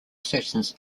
stations